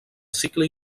cicle